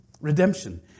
redemption